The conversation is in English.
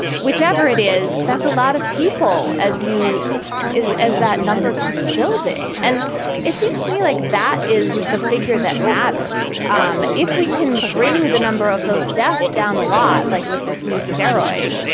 whichever it is. that's a lot of people as you as that number keeps building. and it seems to me like that is the figure that matters. um if we can bring the number of those deaths down a lot, like with this new steroid,